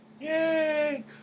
yay